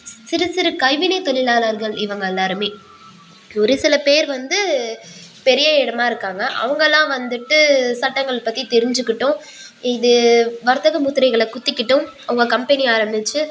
ஸ் சிறு சிறு கைவினை தொழிலாளர்கள் இவங்கள் எல்லோருமே ஒரு சில பேர் வந்து பெரிய இடமாக இருக்காங்க அவங்களாம் வந்துட்டு சட்டங்கள் பற்றி தெரிஞ்சுக்கிட்டும் இது வர்த்தக முத்திரைகளை குத்திக்கிட்டும் அவங்க கம்பெனி ஆரமித்து